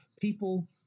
people